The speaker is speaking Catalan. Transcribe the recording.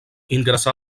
ingressà